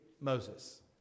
Moses